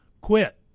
quit